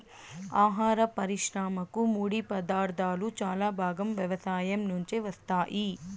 ఆహార పరిశ్రమకు ముడిపదార్థాలు చాలా భాగం వ్యవసాయం నుంచే వస్తాయి